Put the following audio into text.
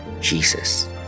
Jesus